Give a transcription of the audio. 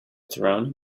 throne